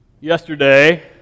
yesterday